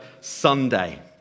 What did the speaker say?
Sunday